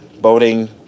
boating